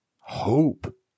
hope